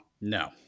No